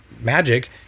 magic